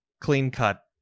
clean-cut